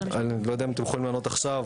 לא יודע אם אתם יכולים לענות עכשיו,